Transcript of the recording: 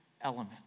element